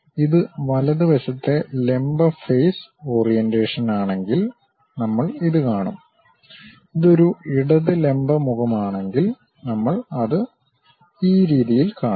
ഇത് വലതുവശത്തെ ലംബ ഫേസ് ഓറിയന്റേഷൻ ആണെങ്കിൽ നമ്മൾ ഇത് കാണും ഇത് ഒരു ഇടതു ലംബ മുഖമാണെങ്കിൽ നമ്മൾ അത് ഈ രീതിയിൽ കാണും